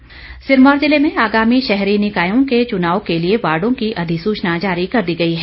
अधिसूचना सिरमौर ज़िले में आगामी शहरी निकायों के चुनाव के लिए वार्डो की अधिसूचना जारी कर दी गई है